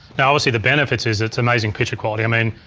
now obviously the benefits is it's amazing picture quality. i mean,